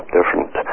different